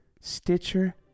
Stitcher